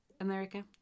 America